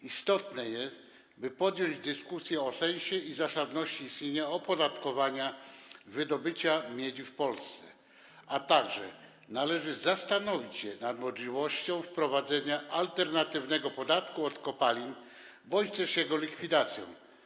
Istotne jest, by podjąć dyskusję o sensie i zasadności istnienia opodatkowania wydobycia miedzi w Polsce, a także należy zastanowić się nad możliwością wprowadzenia alternatywnego podatku od kopalin bądź też jego likwidacją.